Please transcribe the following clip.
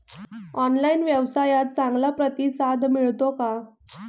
Online व्यवसायात चांगला प्रतिसाद मिळतो का?